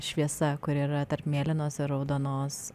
šviesa kuri yra tarp mėlynos ir raudonos